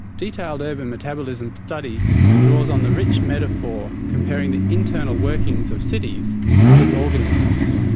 detailed urban metabolism study draws on the rich metaphor comparing the internal working so of cities with organisms.